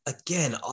again